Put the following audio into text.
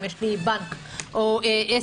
אם יש לי בנק או עסק,